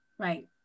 Right